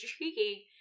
intriguing